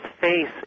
face